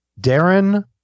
Darren